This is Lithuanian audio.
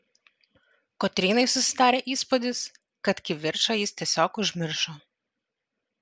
kotrynai susidarė įspūdis kad kivirčą jis tiesiog užmiršo